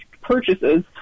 purchases